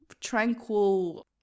tranquil